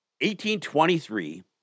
1823